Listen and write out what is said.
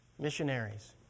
missionaries